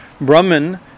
Brahman